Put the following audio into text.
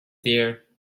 dear